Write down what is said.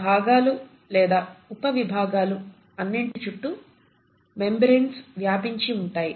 ఈ భాగాలు లేదా ఉపవిభాగాలు అన్నింటి చుట్టూ మెంబ్రేన్స్ వ్యాపించి ఉంటాయి